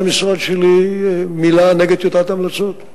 את העמדות שלי אני מציג כבר חודשים ארוכים,